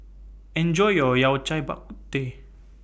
Enjoy your Yao Cai Bak Kut Teh